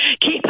Keep